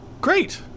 Great